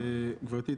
גברתי,